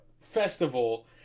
festival